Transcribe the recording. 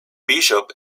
bishop